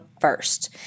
first